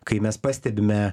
kai mes pastebime